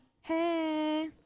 Hey